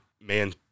man